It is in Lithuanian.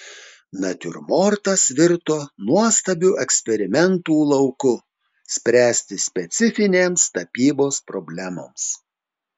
natiurmortas virto nuostabiu eksperimentų lauku spręsti specifinėms tapybos problemoms